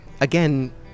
again